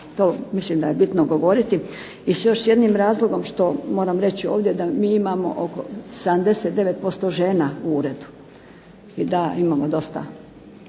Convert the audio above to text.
To mislim da je bitno govoriti. I s još jednim razlogom što moram reći ovdje da mi imamo oko 79% žena u uredu i da imamo dosta